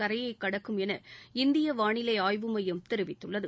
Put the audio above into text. கரையை கடக்கும் என இந்திய வானிலை ஆய்வு மையம் தெரிவித்துள்ளது